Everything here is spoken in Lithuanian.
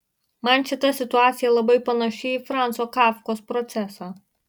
man šita situacija labai panaši į franco kafkos procesą